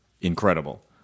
incredible